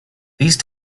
these